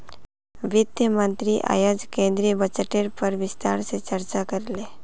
वित्त मंत्री अयेज केंद्रीय बजटेर पर विस्तार से चर्चा करले